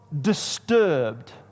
disturbed